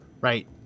right